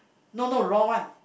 no no raw one